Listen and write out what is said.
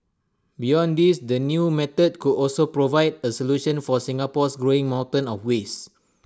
beyond this the new method could also provide A solution for Singapore's growing mountain of waste